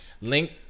link